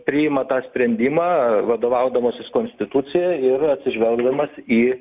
priima tą sprendimą vadovaudamasis konstitucija ir atsižvelgdamas į